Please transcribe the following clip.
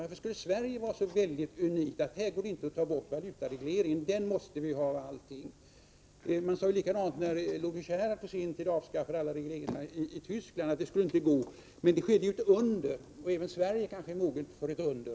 Varför skulle Sverige vara så unikt att det inte går att ta bort valutaregleringen? Den måste vi ha av allting. Man sade detsamma när Ludwig Erhard på sin tid avskaffade alla regleringar i Västtyskland. Men det skedde ju ett under. Även Sverige kanske är moget för ett under.